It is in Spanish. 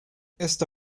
esta